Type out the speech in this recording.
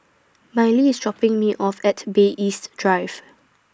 Miley IS dropping Me off At Bay East Drive